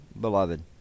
beloved